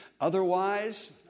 Otherwise